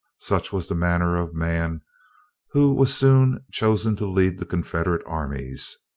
such was the manner of man who was soon chosen to lead the confederate armies.